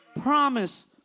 Promise